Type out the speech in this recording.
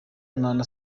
nta